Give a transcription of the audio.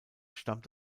stammt